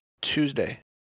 Tuesday